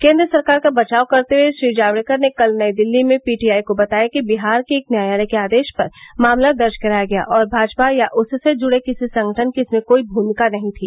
केन्द्र सरकार का बचाव करते हुए श्री जावड़ेकर ने कल नई दिल्ली में पीटीआई को बताया कि दिहार के एक न्यायालय के आदेश पर मामला दर्ज कराया गया और भाजपा या उससे जुड़े किसी संगठन की इसमें कोई भूमिका नहीं थी